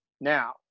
Now